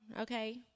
okay